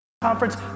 conference